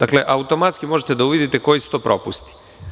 Automatski možete da uvidite koji su to propusti.